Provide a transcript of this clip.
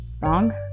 wrong